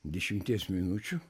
dešimties minučių